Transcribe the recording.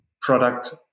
product